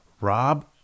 rob